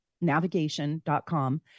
navigation.com